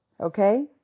Okay